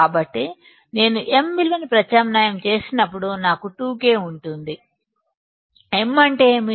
కాబట్టి నేను m విలువను ప్రత్యామ్నాయం చేసినప్పుడు నాకు 2K ఉంటుంది m అంటే ఏమిటి